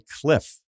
cliff